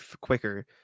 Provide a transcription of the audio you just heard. quicker